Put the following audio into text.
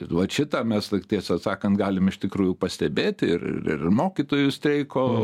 vat šitą mes vat tiesą sakant galim iš tikrųjų pastebėti ir ir mokytojų streiko